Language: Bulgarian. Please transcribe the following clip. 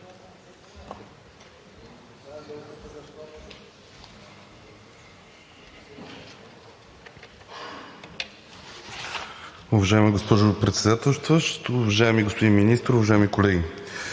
Уважаема госпожо Председател, уважаеми господин Министър, уважаеми колеги!